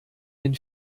den